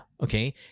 okay